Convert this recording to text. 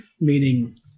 meaning